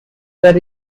were